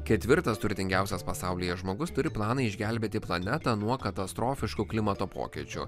ketvirtas turtingiausias pasaulyje žmogus turi planą išgelbėti planetą nuo katastrofiškų klimato pokyčių